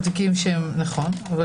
נכון, אבל